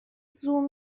زوم